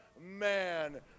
man